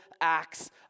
acts